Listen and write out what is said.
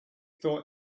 thought